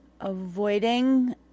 avoiding